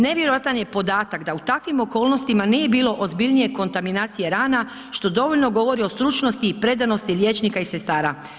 Nevjerojatan je podatak da u takvim okolnostima nije bilo ozbiljnije kontaminacije rana, što dovoljno govori o stručnosti i predanosti liječnika i sestara.